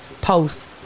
Post